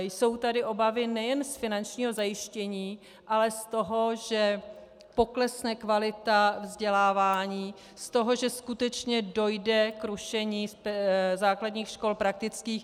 Jsou tady obavy nejen z finančního zajištění, ale z toho, že poklesne kvalita vzdělávání, z toho, že skutečně dojde k rušení základních škol praktických.